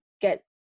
get